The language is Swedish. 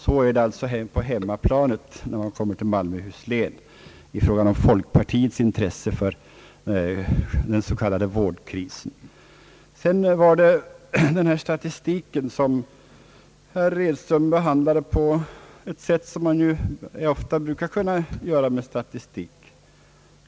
Så är det alltså på hemmaplanet — när man kommer till Malmöhus län — i fråga om folkpartiets intresse för den s.k. vårdkrisen. Sedan var det statistiken, som herr Edström behandlade på ett sätt som man ofta gör med statistik.